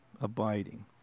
abiding